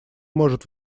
может